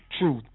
truth